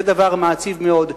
זה דבר מעציב מאוד,